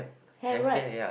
have right